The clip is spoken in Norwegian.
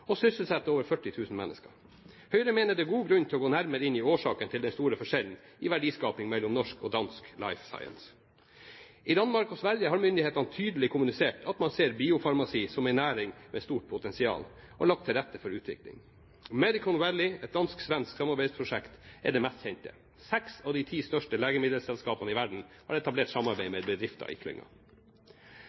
og sysselsetter over 40 000 mennesker. Høyre mener det er god grunn til å gå nærmere inn i årsakene til den store forskjellen i verdiskaping mellom norsk og dansk life science. I Danmark og Sverige har myndighetene tydelig kommunisert at man ser biofarmasi som en næring med stort potensial, og lagt til rette for utvikling. Medicon Valley, et dansk–svensk samarbeidsprosjekt, er det mest kjente. Seks av de ti største legemiddelselskapene i verden har etablert samarbeid med bedrifter i